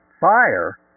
fire